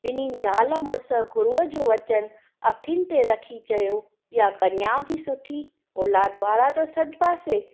ॿिन्हिनि ज़ाल मुड़ुसु गुरूअ जो वचनु अखियुनि ते रखी चयो इहा कन्या बि सुठी औलादु वारा त सॾिबासीं